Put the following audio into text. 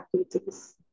activities